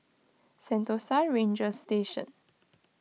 Sentosa Ranger Station